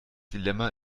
dilemma